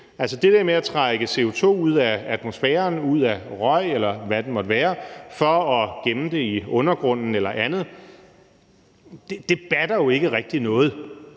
der med at trække CO2 ud af atmosfæren, ud af røg, eller hvad det måtte være, for at gemme det i undergrunden eller andet, batter jo ikke rigtig noget.